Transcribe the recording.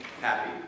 happy